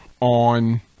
on